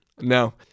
No